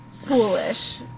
foolish